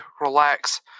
relax